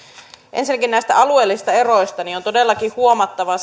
ensinnäkin näistä alueellisista eroista on todellakin huomattava